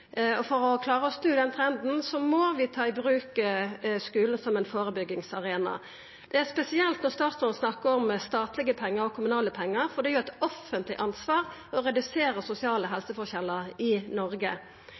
For å klara å snu den trenden må vi ta i bruk skulen som ein førebyggingsarena. Det er spesielt når statsråden snakkar om statlege pengar og kommunale pengar, for det er jo eit offentleg ansvar å redusera sosiale helseforskjellar i Noreg.